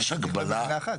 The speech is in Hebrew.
במילה אחת.